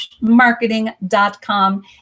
marketing.com